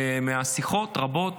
ומשיחות רבות